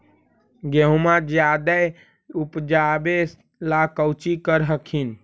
गेहुमा जायदे उपजाबे ला कौची कर हखिन?